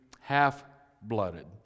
half-blooded